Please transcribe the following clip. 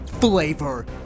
Flavor